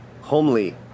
Homely